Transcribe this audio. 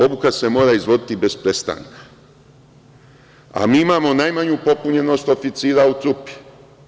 Obuka se mora izvoditi bez prestanka, a mi imamo najmanju popunjenost oficira u trupi.